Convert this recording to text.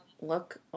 look